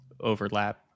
overlap